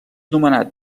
nomenat